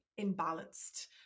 imbalanced